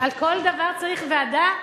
על כל דבר צריך ועדה?